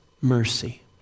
mercy